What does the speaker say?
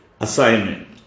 assignment